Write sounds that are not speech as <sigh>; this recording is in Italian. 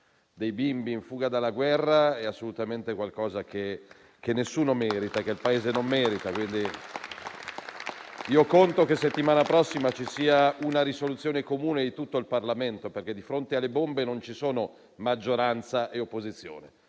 dei bimbi in fuga dalla guerra è qualcosa che nessuno merita, che il Paese non merita. <applause> Conto, quindi, che la settimana prossima ci sia una risoluzione comune di tutto il Parlamento, perché di fronte alle bombe non ci sono maggioranza e opposizione;